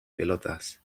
pelotas